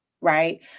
right